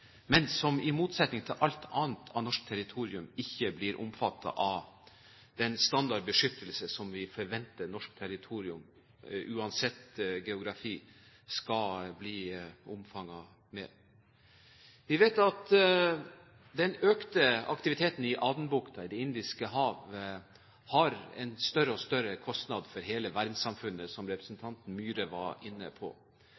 men i motsetning til alt annet av norsk territorium blir det ikke omfattet av den standard beskyttelse som vi forventer at norsk territorium, uansett geografi, skal bli omfattet av. Vi vet at den økte aktiviteten i Adenbukta og Det indiske hav er en større og større kostnad for hele verdenssamfunnet, som